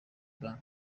bank